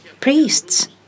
priests